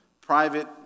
private